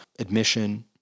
admission